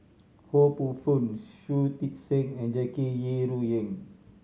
Ho Poh Fun Shui Tit Sing and Jackie Yi Ru Ying